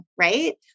right